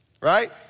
Right